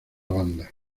banda